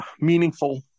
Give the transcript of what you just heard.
meaningful